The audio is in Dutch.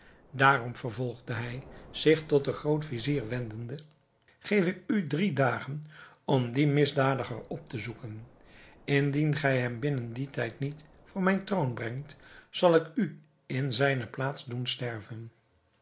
daarom vervolgde hij zich tot den groot-vizier wendende geef ik u drie dagen om dien misdadiger op te zoeken indien gij hem binnen dien tijd niet voor mijn troon brengt zal ik u in zijne plaats doen sterven